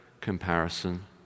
comparison